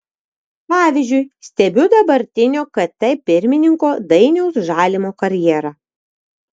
pavyzdžiui stebiu dabartinio kt pirmininko dainiaus žalimo karjerą